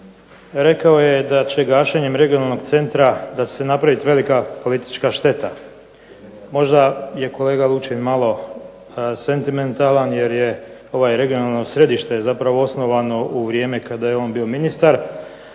Rekao je da će gašenjem regionalnog centra, da će se napravit velika politička šteta. Možda je kolega Lučin malo sentimentalan jer je ovo regionalno središte zapravo osnovano u vrijeme kada je on bio ministar.